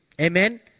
Amen